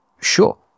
sure